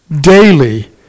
daily